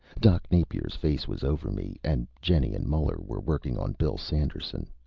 doc napier's face was over me, and jenny and muller were working on bill sanderson.